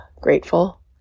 grateful